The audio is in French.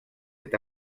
cet